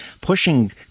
pushing